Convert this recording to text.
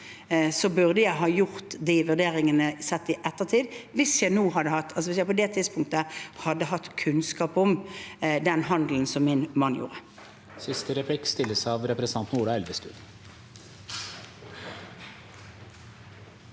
om, burde jeg ha gjort de vurderingene – sett i ettertid – hvis jeg på det tidspunktet hadde hatt kunnskap om den handelen min mann gjorde.